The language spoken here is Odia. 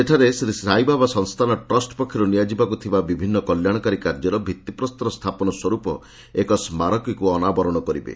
ସେଠାରେ ସେ ଶ୍ରୀ ସାଇବାବା ସଫସ୍ଥାନ ଟ୍ରଷ୍ଟ ପକ୍ଷରୁ ନିଆଯିବାକୁ ଥିବା ବିଭିନ୍ନ କଲ୍ୟାଣକାରୀ କାର୍ଯ୍ୟର ଭିତ୍ତିପ୍ରସ୍ତର ସ୍ଥାପନ ସ୍ୱରୂପ ଏକ ସ୍କାରକୀକୁ ଅନାବରଣ କରିବେ